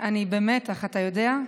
אני במתח, אתה יודע?